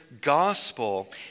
gospel